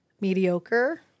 mediocre